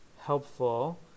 helpful